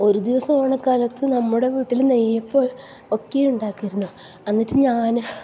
ഒരു ദിവസം ഓണക്കാലത്ത് നമ്മുടെ വീട്ടിൽ നെയ്യപ്പം ഒക്കെ ഉണ്ടാക്കുകയായിരുന്നു എന്നിട്ട് ഞാൻ